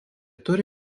turi